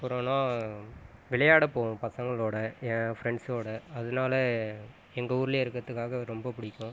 அப்புறன்னா விளையாட போவோம் பசங்களோடய என் ஃப்ரெண்ட்ஸோடய அதனால் எங்கள் ஊரிலேயே இருக்கிறதுக்காக ரொம்ப பிடிக்கும்